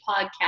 podcast